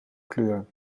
kleur